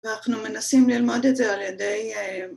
‫ואנחנו מנסים ללמוד את זה על ידי...